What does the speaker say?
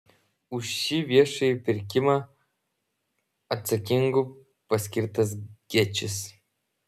už šį viešąjį pirkimą atsakingu paskirtas gečis